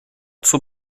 zur